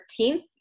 13th